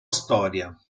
storia